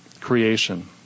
creation